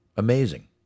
Amazing